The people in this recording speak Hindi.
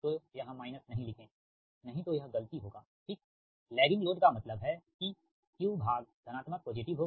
तो यहां माइनस नहीं लिखे नही तो यह गलती होगा ठीक लैगिंग लोड का मतलब है कि Q भाग धनात्मक होगा